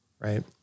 Right